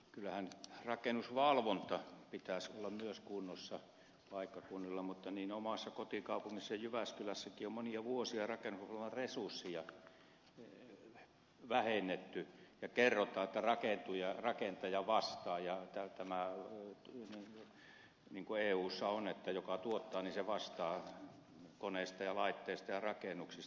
kyllähän rakennusvalvonnan pitäisi olla myös kunnossa paikkakunnilla mutta omassa kotikaupungissani jyväskylässäkin on monia vuosia rakennusalan resursseja vähennetty ja kerrotaan että rakentaja vastaa niin kuin eussa on että joka tuottaa se vastaa koneista ja laitteista ja rakennuksista